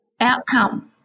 outcome